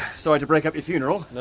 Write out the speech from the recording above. sorry to break up your funeral.